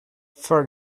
for